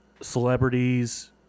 celebrities